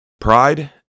Pride